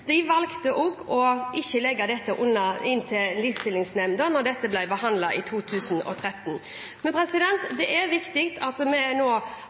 De valgte også ikke å legge dette under Likestillings- og diskrimineringsnemnda da dette ble behandlet i 2013. Det er viktig at vi nå